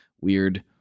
weird